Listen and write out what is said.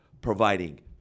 providing